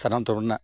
ᱥᱟᱨᱱᱟ ᱫᱷᱚᱨᱚᱢ ᱨᱮᱱᱟᱜ